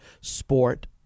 sport